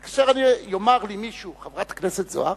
אבל כאשר יאמר לי מישהו: חברת הכנסת זוארץ,